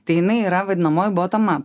tai jinai yra vadinamoji botama